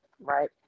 right